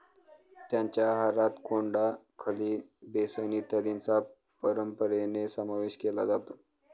त्यांच्या आहारात कोंडा, खली, बेसन इत्यादींचा परंपरेने समावेश केला जातो